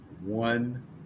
one